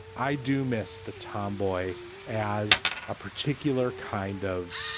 i do miss the tomboy as a particular kind of